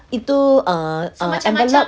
itu err err envelope